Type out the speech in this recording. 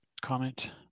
comment